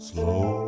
Slow